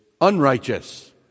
unrighteous